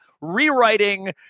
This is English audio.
rewriting